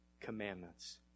commandments